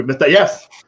yes